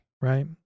right